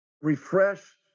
refresh